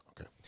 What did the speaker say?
okay